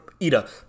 Ida